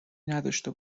نداشته